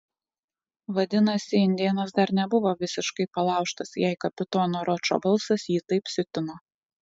vadinasi indėnas dar nebuvo visiškai palaužtas jei kapitono ročo balsas jį taip siutino